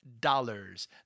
dollars